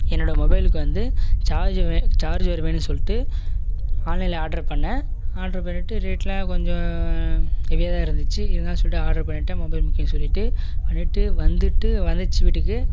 என்னோட மொபைலுக்கு வந்து சார்ஜு வே சார்ஜர் வேணும்னு சொல்லிட்டு ஆன்லைனில் ஆட்ரு பண்ணிணேன் ஆட்ரு பண்ணிட்டு ரேட்லாம் கொஞ்சம் ஹெவியாக தான் இருந்துச்சி இருந்தாலும் சொல்லிட்டு ஆட்ரு பண்ணிட்டு மொபைல் முக்கியோம் சொல்லிட்டு பண்ணிட்டு வந்துட்டு வந்துச்சி வீட்டுக்கு